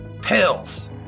Pills